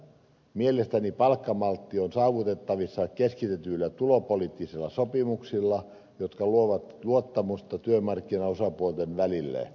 mielestäni palkkamaltti on saavutettavissa keskitetyillä tulopoliittisilla sopimuksilla jotka luovat luottamusta työmarkkinaosapuolten välille